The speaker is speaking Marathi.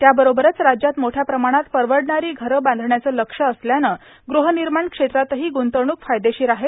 त्याबरोबरच राज्यात मोठ्या प्रमाणात परवडणारो घरं बाधण्याचं लक्ष्य असल्यानं गूर्हानमाण क्षेत्रातहो गुंतवणूक फायदेशीर आहे